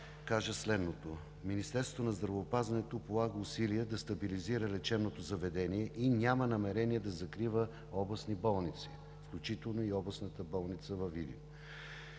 кажа следното. Министерството на здравеопазването полага усилия да стабилизира лечебното заведение и няма намерение да закрива областни болници, включително и областната болница във Видин.